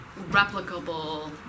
replicable